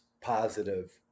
positive